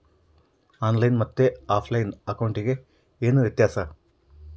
On line ಮತ್ತೆ offline ಅಕೌಂಟಿಗೆ ಏನು ವ್ಯತ್ಯಾಸ?